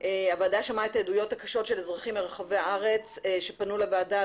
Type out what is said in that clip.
העדויות הקשות של אזרחים מרחבי הארץ שפנו לוועדה,